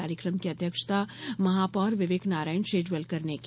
कार्यक्रम की अध्यक्षता महापौर विवेक नारायण शेजवलकर ने की